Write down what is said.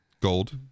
Gold